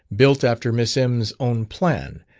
built after miss m s own plan,